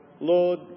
Lord